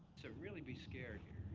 to really be scared here.